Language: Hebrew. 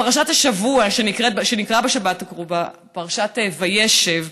פרשת השבוע שנקרא בשבת הקרובה היא פרשת וישב.